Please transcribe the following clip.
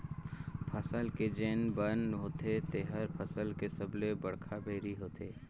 फसल के जेन बन होथे तेहर फसल के सबले बड़खा बैरी होथे